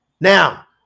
Now